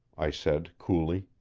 i said coolly.